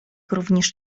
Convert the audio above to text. również